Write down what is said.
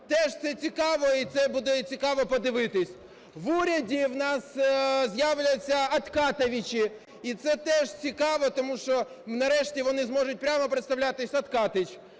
теж це цікаво і це будо цікаво подивитись. В уряді в нас з'являться "откатовичі", і це теж цікаво, тому що, нарешті, вони зможуть прямо представлятись – "Откатович".